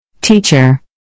Teacher